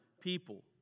people